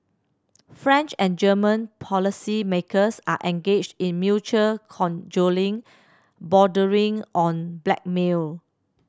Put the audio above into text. French and German policymakers are engaged in mutual cajoling bordering on blackmail